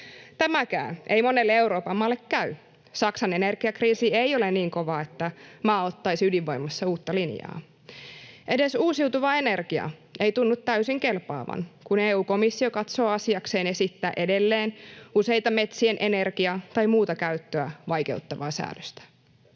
Tämäkään ei monelle Euroopan maalle käy. Saksan energiakriisi ei ole niin kova, että maa ottaisi ydinvoimassa uutta linjaa. Edes uusiutuva energia ei tunnu täysin kelpaavan, kun EU-komissio katsoo asiakseen esittää edelleen useita metsien energia- tai muuta käyttöä vaikeuttavaa säädöstä.